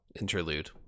interlude